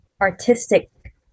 artistic